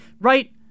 right